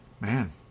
man